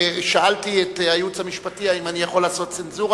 שאלתי את הייעוץ המשפטי אם אני יכול לעשות צנזורה.